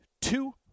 two